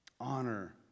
Honor